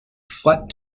flat